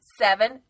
Seven